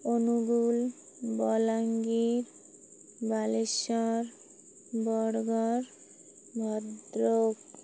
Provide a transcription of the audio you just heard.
Angul Balangir Baleswar Bargarh Bhadrak